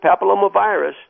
papillomavirus